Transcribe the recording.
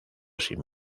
sin